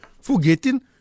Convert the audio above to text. forgetting